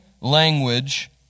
language